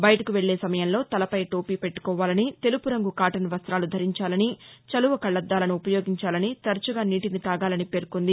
బయటకు వెక్లే సమయంలో తలపై టోపి పెట్లకోవాలని తెలుపు రంగు కాటన్ ప్రస్తాలు ధరించాలని చలువ కళ్లాద్దాలను ఉపయోగించాలని తరచుగా నీటిని తాగాలని పేర్కొంది